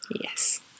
Yes